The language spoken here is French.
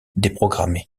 déprogrammée